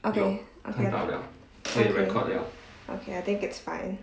okay okay okay I think it's fine